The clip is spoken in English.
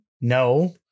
No